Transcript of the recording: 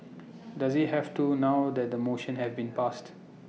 does he have to now that the motion have been passed